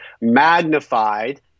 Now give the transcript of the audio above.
magnified